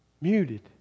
Muted